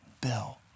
Bill